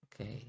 Okay